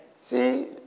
See